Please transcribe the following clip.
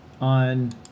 on